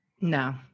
No